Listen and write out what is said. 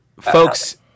folks